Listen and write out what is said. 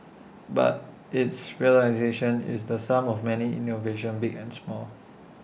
but its realisation is the sum of many innovations big and small